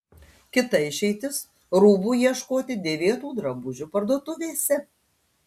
kita išeitis rūbų ieškoti dėvėtų drabužių parduotuvėse